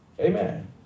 Amen